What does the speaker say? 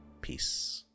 Peace